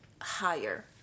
higher